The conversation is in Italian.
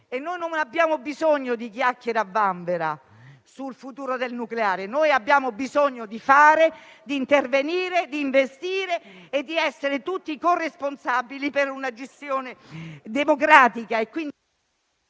che non abbiamo bisogno di chiacchiere a vanvera sul futuro del nucleare; abbiamo bisogno di fare, di intervenire, di investire e di essere tutti corresponsabili di una gestione democratica